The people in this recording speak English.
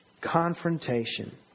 Confrontation